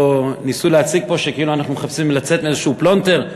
או: ניסו להציג אותנו כאילו אנחנו מחפשים לצאת מאיזה פלונטר,